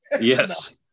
Yes